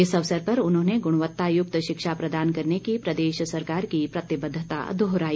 इस अवसर पर उन्होंने गुणवत्ता युक्त शिक्षा प्रदान करने की प्रदेश सरकार की प्रतिबद्धता दोहराई